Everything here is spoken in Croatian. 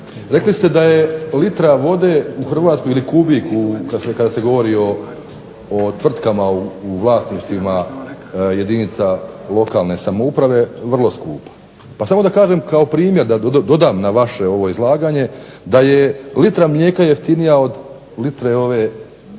rekli ste da je litra vode u Hrvatskoj, ili kubik kada se govori o tvrtkama u vlasništvima jedinica lokalne samouprave vrlo skupa. Pa samo da kažem kao primjer, da dodam na vaše ovo izlaganje, da je litra mlijeka jeftinija od litre ove